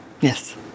Yes